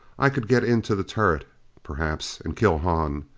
i could get into the turret perhaps, and kill hahn.